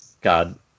God